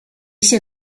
się